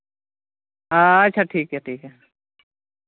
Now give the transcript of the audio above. ᱟᱪᱪᱷᱟ ᱴᱷᱤᱠ ᱜᱮᱭᱟ ᱴᱷᱤᱠ ᱜᱮᱭᱟ